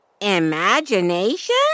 Imagination